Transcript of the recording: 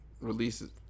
Releases